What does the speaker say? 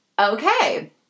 okay